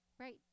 Right